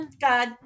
God